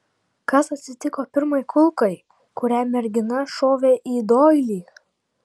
kas atsitiko pirmai kulkai kurią mergina šovė į doilį